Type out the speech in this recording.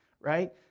Right